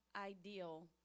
ideal